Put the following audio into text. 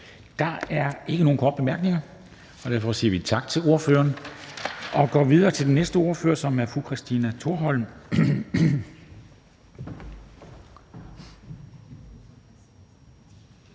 Der er ikke nogen korte bemærkninger. Derfor siger vi tak til ordføreren og går videre til den næste ordfører, som er fru Christina Thorholm,